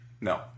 No